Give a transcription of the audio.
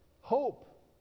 hope